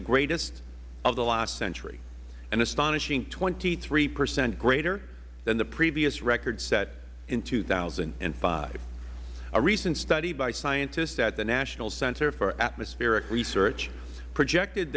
the greatest of the last century an astonishing twenty three percent greater than the previous record set in two thousand and five a recent study by scientists at the national center for atmospheric research projected